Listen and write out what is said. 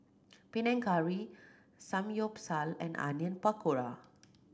Panang Curry Samgyeopsal and Onion Pakora